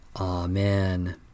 Amen